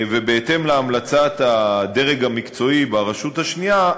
ובהתאם להמלצת הדרג המקצועי ברשות השנייה,